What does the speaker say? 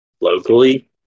locally